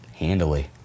Handily